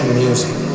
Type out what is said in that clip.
music